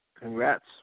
Congrats